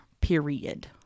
period